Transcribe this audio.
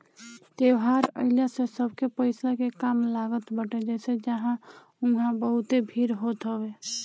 त्यौहार आइला से सबके पईसा के काम लागत बाटे जेसे उहा बहुते भीड़ होत हवे